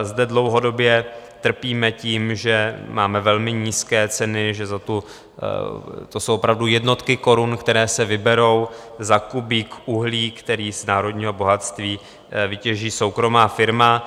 Zde dlouhodobě trpíme tím, že máme velmi nízké ceny, že to jsou opravdu jednotky korun, které se vyberou za kubík uhlí, který z národního bohatství vytěží soukromá firma.